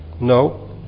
No